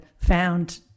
found